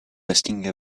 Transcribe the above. resting